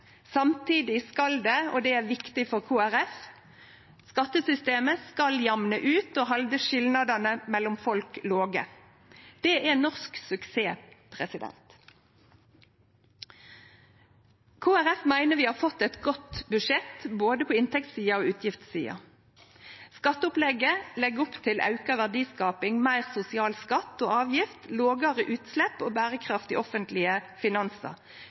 og investere. Samtidig skal skattesystemet jamne ut og halde skilnadane mellom folk låge. Det er viktig for Kristeleg Folkeparti. Det er norsk suksess. Kristeleg Folkeparti meiner vi har fått eit godt budsjett, på både inntektssida og utgiftssida. Skatteopplegget legg opp til auka verdiskaping, meir sosiale skattar og avgifter, lågare utslepp og berekraftige offentlege finansar.